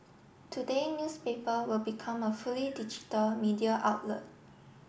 today newspaper will become a fully digital media outlet